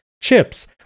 chips